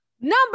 number